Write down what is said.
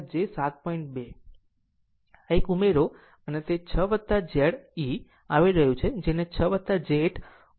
આમ તે 6 Z e આવી રહ્યું છે જેને 6 j 8 Ω કહે છે